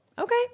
Okay